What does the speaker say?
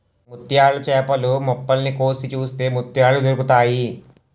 ముత్యాల చేపలు మొప్పల్ని కోసి చూస్తే ముత్యాలు దొరుకుతాయి